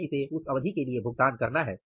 हमें इसे उस अवधि के लिए भुगतान करना है